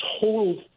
total